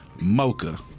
Mocha